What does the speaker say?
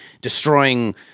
destroying